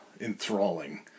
enthralling